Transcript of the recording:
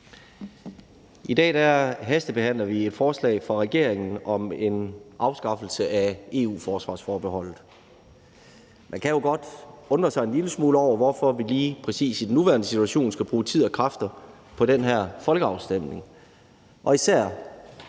I dag hastebehandler vi et forslag fra regeringen om en afskaffelse af EU-forsvarsforbeholdet. Man kan jo godt undre sig en lille smule over, hvorfor vi lige præcis i den nuværende situation skal bruge tid og kræfter på den her folkeafstemning, og især